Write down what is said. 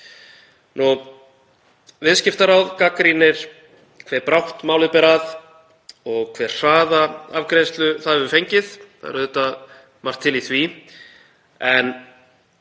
Viðskiptaráð gagnrýnir hve brátt málið ber að og hve hraða afgreiðslu það hefur fengið. Það er auðvitað margt til í því en